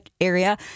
area